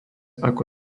ako